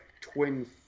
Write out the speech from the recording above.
twin